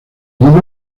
nido